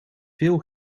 veel